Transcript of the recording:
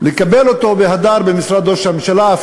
לקבל אותו בהדר במשרד ראש הממשלה,